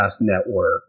network